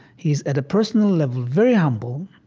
he's at a personal level very humble,